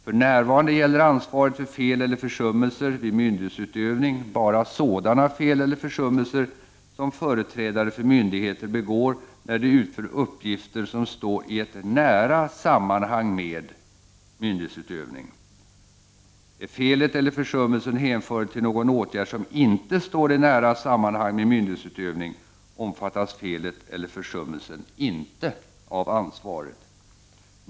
För närvarande gäller ansvaret för fel eller försummelser vid myndighetsutövning bara sådana fel eller försummelser som företrädare för myndigheter begår när de utför uppgifter som står i ett nära sammanhang med myndighetsutövning. Är felet eller försummelsen hänförlig till någon åtgärd som inte står i nära sammanhang med myndighetsutövning omfattas felet eller försummelsen inte av ansvaret.